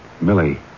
Millie